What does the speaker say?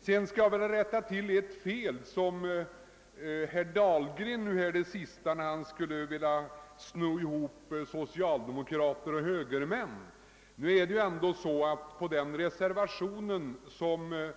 Sedan skulle jag vilja rätta till ett fel som herr Dahlgren gjorde sig skyldig till när han ville sno ihop socialdemokraterna och högermännen. På den reservation som